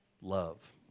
Love